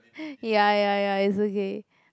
ya ya ya it's okay